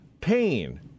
pain